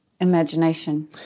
imagination